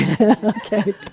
Okay